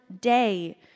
day